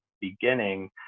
beginning